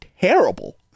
terrible